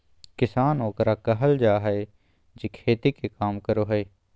किसान ओकरा कहल जाय हइ जे खेती के काम करो हइ